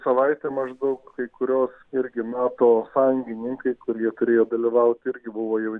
savaitę maždaug kai kurios irgi nato sąjungininkai kurie turėjo dalyvauti irgi buvo jau